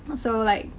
so like,